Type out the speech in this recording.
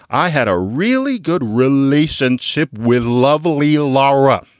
i had a really good relationship with lovely laura.